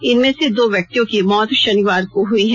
इनमें से दो व्यक्तियों की मौत शनिवार को हुई है